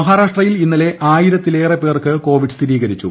മഹാരാഷ്ട്രയിൽ ഇന്നലെ ആയിരത്തിലേറെ പേർക്ക് കോവിഡ് സ്ഥിരീകരിച്ചു